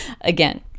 Again